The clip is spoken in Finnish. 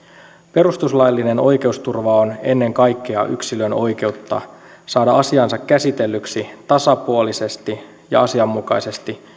perustuslaillinen oikeusturva on ennen kaikkea yksilön oikeutta saada asiansa käsitellyksi tasapuolisesti ja asianmukaisesti